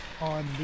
On